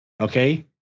Okay